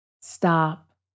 Stop